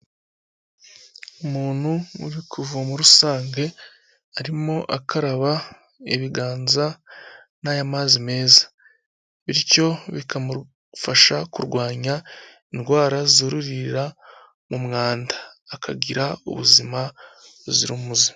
Umuntu uri ku ivomo rusange arimo akaba ibiganza n'aya mazi meza, bityo bikamufasha kurwanya indwara zuririra mu mwanda, akagira ubuzima buzira umuze.